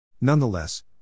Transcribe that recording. Nonetheless